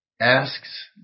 asks